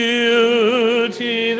Beauty